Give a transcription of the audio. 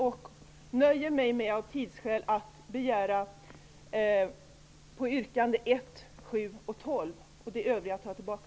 Jag nöjer mig av tidsskäl med att yrka bifall till reservationerna 1, 7 och 12. De övriga yrkandena tar jag tillbaka.